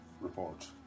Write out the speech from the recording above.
Report